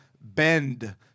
bend